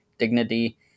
dignity